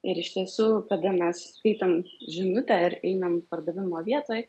ir iš tiesų todėl mes skaitom žinutę ir einam pardavimo vietoj